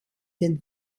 den